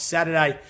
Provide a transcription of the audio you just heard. Saturday